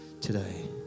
today